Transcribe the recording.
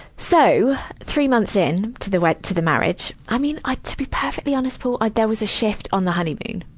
so, three months in to the we. to the marriage i mean, i, to be perfectly honest, paul, i, there was a shift on the honeymoon.